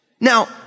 Now